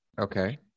Okay